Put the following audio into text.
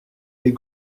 les